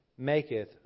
maketh